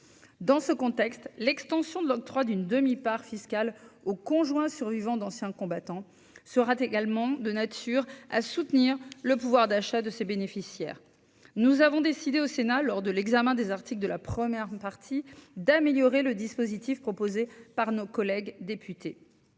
dans ce contexte, l'extension de l'octroi d'une demi-part fiscale au conjoint survivant d'anciens combattants se également de nature à soutenir le pouvoir d'achat de ses bénéficiaires, nous avons décidé au Sénat lors de l'examen des articles de la première partie d'améliorer le dispositif proposé par nos collègues députés,